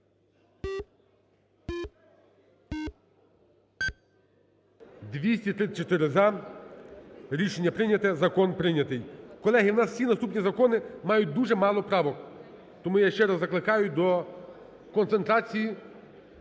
За-234 Рішення прийнято. Закон прийнятий. Колеги, в нас всі наступні закони мають дуже мало правок, тому я ще раз закликаю до концентрації